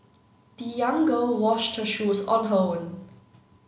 the young girl washed her shoes on her own